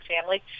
family